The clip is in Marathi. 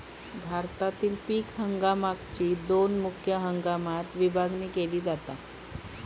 भारतातील पीक हंगामाकची दोन मुख्य हंगामात विभागणी केली जाता